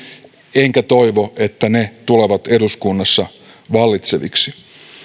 enkä toivo että ne tulevat eduskunnassa vallitseviksi